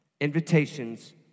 Invitations